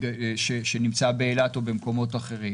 שנמצא באילת ובמקומות אחרים,